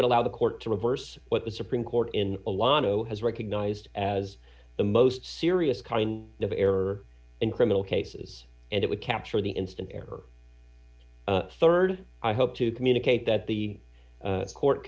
would allow the court to reverse what the supreme court in a lotto has recognized as the most serious kind of error in criminal cases and it would capture the instant error rd i hope to communicate that the court